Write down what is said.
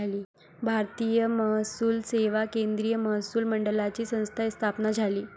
भारतीय महसूल सेवा केंद्रीय महसूल मंडळाची संस्था स्थापन झाली